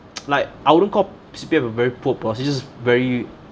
like I wouldn't call C_P_F a very poor but it's just very